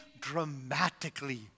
dramatically